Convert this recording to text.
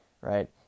right